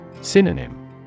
Synonym